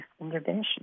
intervention